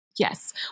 Yes